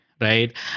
right